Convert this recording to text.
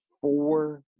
four